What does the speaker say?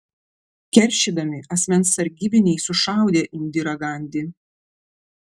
keršydami asmens sargybiniai sušaudė indirą gandi